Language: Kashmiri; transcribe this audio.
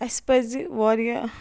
اَسہِ پَزِ وارِیاہ